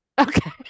Okay